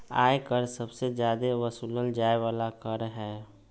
आय कर सबसे जादे वसूलल जाय वाला कर हय